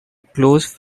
close